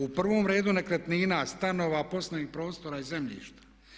U prvom redu nekretnina, stanova, poslovnih prostora i zemljišta.